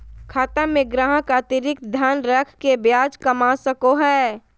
खाता में ग्राहक अतिरिक्त धन रख के ब्याज कमा सको हइ